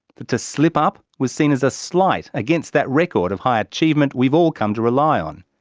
that to slip up was seen as a slight against that record of high achievement we've all come to rely on.